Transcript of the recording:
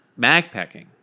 backpacking